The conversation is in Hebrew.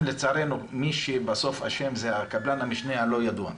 לצערנו, מי שבסוף אשם זה קבלן המשנה הלא ידוע.